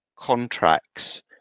contracts